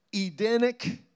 Edenic